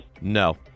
No